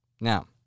Now